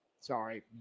Sorry